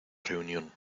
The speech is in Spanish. reunión